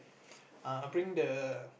err bring the